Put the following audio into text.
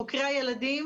חוקרי הילדים,